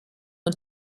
und